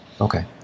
Okay